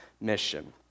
mission